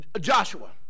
Joshua